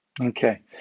Okay